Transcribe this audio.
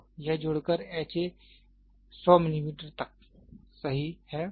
तो यह जुड़ कर ha 100 मिलीमीटर तक सही है